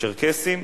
צ'רקסים,